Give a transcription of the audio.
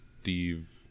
Steve